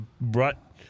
brought